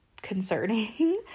Concerning